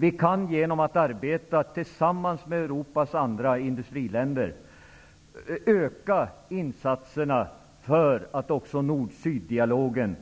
Vi kan genom att arbeta tillsammans med Europas andra industriländer öka insatserna för att nord--syddialogen